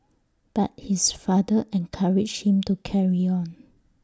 but his father encouraged him to carry on